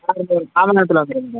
ஆ ஒரு கால்மண் நேரத்தில் வந்துடுவேன் மேம்